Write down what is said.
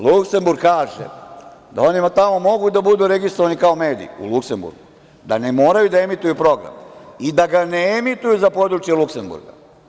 Luksemburg kaže da oni tamo mogu da budu registrovani kao mediji, u Luksemburgu, da ne moraju da emituju program i da ga ne emituju za područje Luksemburga.